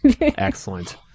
Excellent